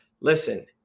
Listen